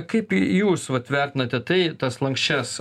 kaip jūs vat vertinate tai tas lanksčias